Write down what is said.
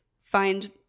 find